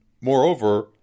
moreover